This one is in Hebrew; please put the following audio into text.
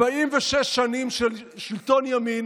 46 שנים של שלטון ימין,